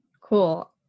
Cool